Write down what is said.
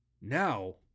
now